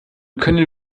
können